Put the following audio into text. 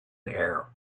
heir